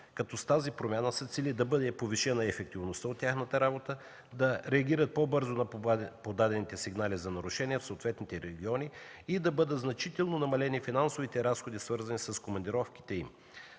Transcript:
С тази промяна се цели да бъде повишена ефективността от тяхната работа, да реагират по-бързо на подадените сигнали за нарушение в съответните региони и да бъдат значително намалени финансовите разходи, свързани с командировките им.